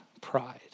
pride